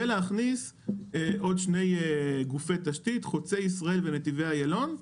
ולהכניס עוד שני גופי תשתית: חוצה ישראל ונתיבי איילון,